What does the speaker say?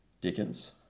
Dickens